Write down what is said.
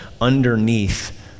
underneath